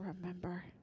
remember